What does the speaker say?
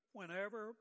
Whenever